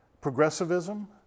progressivism